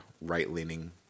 right-leaning